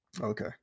Okay